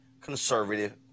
conservative